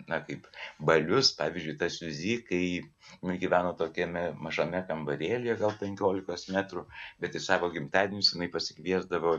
na kaip balius pavyzdžiui ta siuzi kai nu gyveno tokiame mažame kambarėlyje gal penkiolikos metrų bet į savo gimtadienius jinai pasikviesdavo